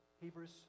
Hebrews